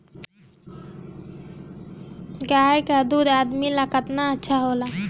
गाय का दूध आदमी ला कितना अच्छा होला?